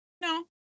no